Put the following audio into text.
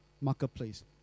marketplace